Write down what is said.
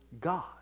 God